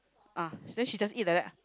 ah then she just eat like that ah